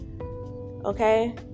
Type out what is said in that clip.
okay